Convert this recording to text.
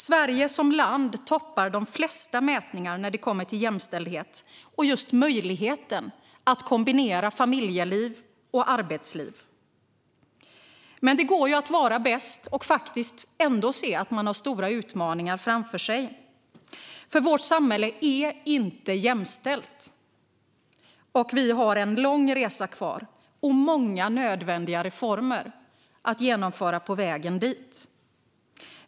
Sverige som land toppar de flesta mätningar när det kommer till jämställdhet och just möjligheten att kombinera familjeliv och arbetsliv. Men det går att vara bäst och ändå se att man har stora utmaningar framför sig. För vårt samhälle är inte jämställt, och vi har lång resa kvar och många nödvändiga reformer att genomföra på vägen dit.